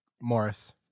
Morris